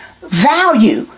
value